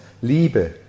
Liebe